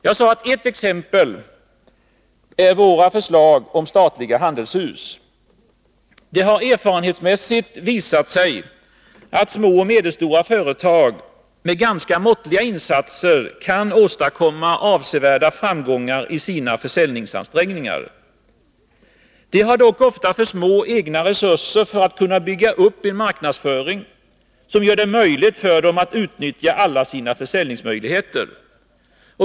Jag sade att ett exempel är våra förslag om statliga handelshus. Det har erfarenhetsmässigt visat sig att små och medelstora företag med ganska måttliga insatser kan åstadkomma avsevärda framgångar i sina försäljningsansträngningar. De har dock ofta för små egna resurser för att kunna bygga upp en marknadsföring som gör det möjligt för dem att utnyttja alla sina försäljningsmöjligheter.